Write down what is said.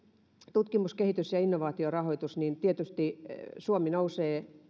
tutkimus kehitys ja innovaatiorahoitus tietysti suomi nousee